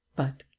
but,